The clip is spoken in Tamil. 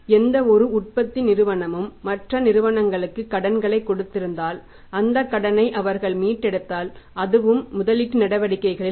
எந்தவொரு உற்பத்தி நிறுவனமும் மற்ற நிறுவனங்களுக்கு கடனைக் கொடுத்திருந்தால் அந்தக் கடனை அவர்கள் மீட்டெடுத்தால் அதுவும் முதலீட்டு நடவடிக்கைகளில் வரும்